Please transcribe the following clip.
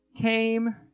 came